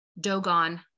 Dogon